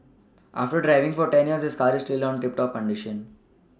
after driving for ten years his car is still on tip top condition